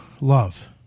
love